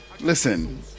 Listen